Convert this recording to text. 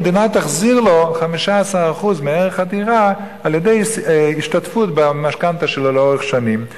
המדינה תחזיר לו 15% מערך הדירה על-ידי השתתפות במשכנתה שלו לאורך שנים.